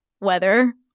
weather